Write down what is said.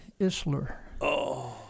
Isler